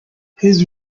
his